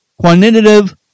quantitative